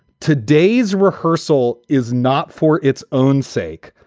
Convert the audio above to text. today's rehearsal is not for its own sake,